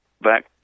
back